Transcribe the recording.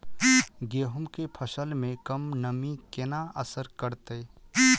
गेंहूँ केँ फसल मे कम नमी केना असर करतै?